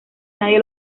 nadie